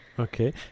Okay